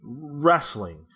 wrestling